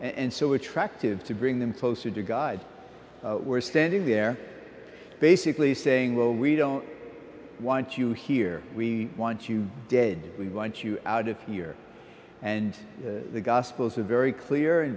and so attractive to bring them closer to god were standing there basically saying well we don't want you here we want you dead we want you out of here and the gospels are very clear and